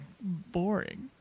boring